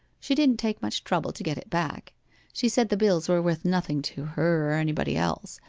she didn't take much trouble to get it back she said the bills were worth nothing to her or anybody else,